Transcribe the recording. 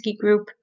group